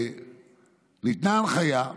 ניתנה הנחיה.